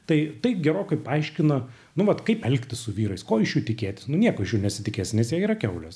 tai taip gerokai paaiškina nu vat kaip elgtis su vyrais ko iš jų tikėtis nu nieko iš jų nesitikėsi nes jie yra kiaulės